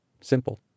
Simple